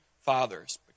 fathers